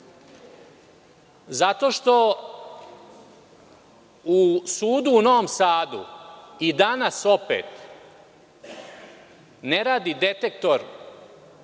Zato što u sudu u Novom Sadu i danas opet ne radi detektor